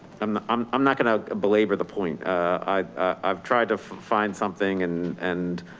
um um i'm not gonna belabor the point. i i've tried to find something and, and